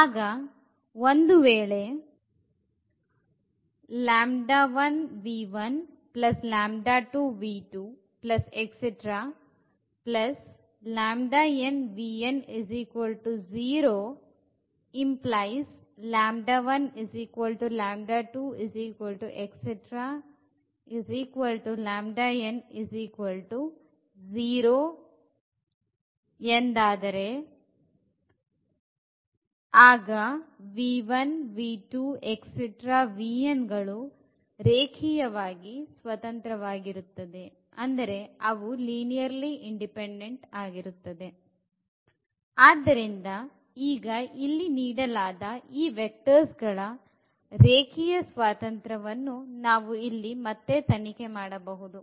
ಆಗ ಒಂದು ವೇಳೆ ಎಂದಾದರೆ ಗಳು ರೇಖಿಯವಾಗಿ ಸ್ವತಂತ್ರ ವಾಗುತ್ತದೆ ಆದ್ದರಿಂದ ಈಗ ಇಲ್ಲಿ ನೀಡಲಾದ ಈ ವೆಕ್ಟರ್ಸ್ಗಳ ರೇಖೀಯ ಸ್ವಾತಂತ್ರ್ಯ ವನ್ನು ನಾವು ಇಲ್ಲಿ ಮತ್ತೆ ತನಿಖೆ ಮಾಡಬಹುದು